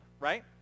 right